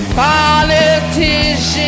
Politicians